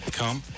come